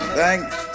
thanks